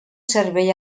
servei